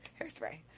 Hairspray